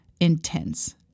intense